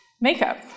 makeup